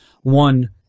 one